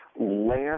last